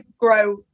grow